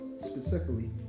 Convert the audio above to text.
specifically